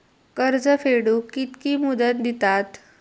कर्ज फेडूक कित्की मुदत दितात?